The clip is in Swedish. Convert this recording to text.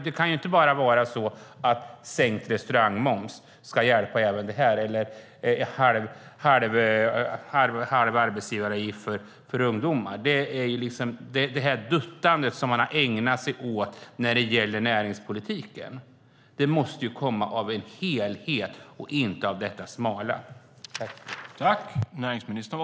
Det kan inte bara vara så att sänkt restaurangmoms eller halv arbetsgivaravgift för ungdomar ska hjälpa även här. Det är ett duttande som regeringen har ägnat sig åt när det gäller näringspolitiken. Det måste komma av en helhet, inte av detta smala.